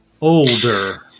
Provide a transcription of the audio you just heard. Older